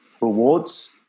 rewards